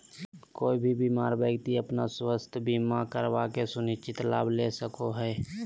कोय भी बीमार व्यक्ति अपन स्वास्थ्य बीमा करवा के सुनिश्चित लाभ ले सको हय